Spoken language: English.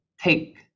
take